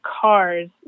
cars